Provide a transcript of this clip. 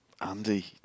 Andy